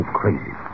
crazy